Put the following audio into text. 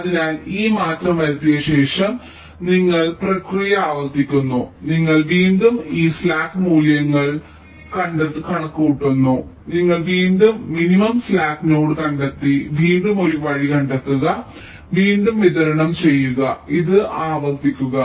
അതിനാൽ ഈ മാറ്റം വരുത്തിയതിനുശേഷം നിങ്ങൾ പ്രക്രിയ ആവർത്തിക്കുന്നു നിങ്ങൾ വീണ്ടും ഈ സ്ലാക്ക് മൂല്യങ്ങൾ വീണ്ടും കണക്കുകൂട്ടുന്നു നിങ്ങൾ വീണ്ടും മിനിമം സ്ലാക്ക് നോഡ് കണ്ടെത്തി വീണ്ടും ഒരു വഴി കണ്ടെത്തുക വീണ്ടും വിതരണം ചെയ്യുക ഇത് ആവർത്തിക്കുക